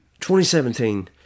2017